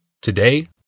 Today